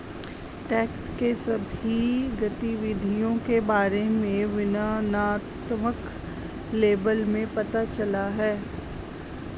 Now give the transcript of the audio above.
tax की सभी गतिविधियों के बारे में वर्णनात्मक लेबल में पता चला है